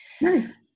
Nice